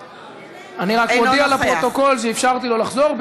אינו נוכח אני רק מודיע לפרוטוקול שאפשרתי לו לחזור.